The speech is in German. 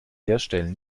herstellen